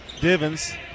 Divins